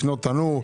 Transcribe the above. תנור.